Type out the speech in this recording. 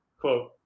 quote